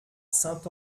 saint